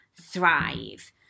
thrive